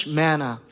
manna